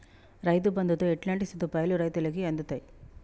రైతు బంధుతో ఎట్లాంటి సదుపాయాలు రైతులకి అందుతయి?